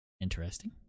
Interesting